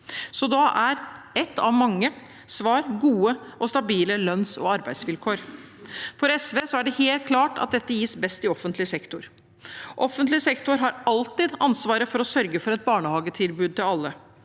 på. Da er ett av mange svar gode og stabile lønns- og arbeidsvilkår. For SV er det helt klart at dette gis best i offentlig sektor. Offentlig sektor har alltid ansvaret for å sørge for et barnehagetilbud til alle.